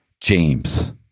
James